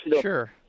Sure